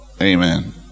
Amen